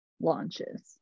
launches